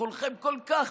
שכולכם כל כך,